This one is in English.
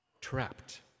trapped